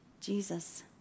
Jesus